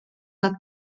nad